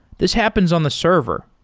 this happens on the server,